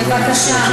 בבקשה.